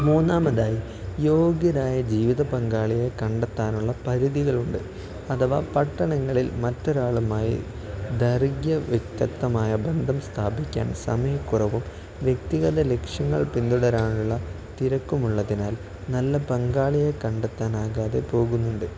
മൂന്നാമതായി യോഗ്യരായ ജീവിത പങ്കാളിയെ കണ്ടെത്താനുള്ള പരിധികളുണ്ട് അഥവാ പട്ടണങ്ങളിൽ മറ്റൊരാളുമായി ദൈർഘ്യ വ്യക്തതമായ ബന്ധം സ്ഥാപിക്കാൻ സമയക്കുറവും വ്യക്തിഗത ലക്ഷ്യങ്ങൾ പിന്തുടരാനുള്ള തിരക്കുമുള്ളതിനാൽ നല്ല പങ്കാളിയെ കണ്ടെത്താനാകാതെ പോകുന്നുണ്ട്